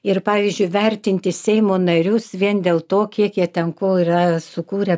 ir pavyzdžiui vertinti seimo narius vien dėl to kiek jie ten ko yra sukūrę